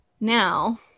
Now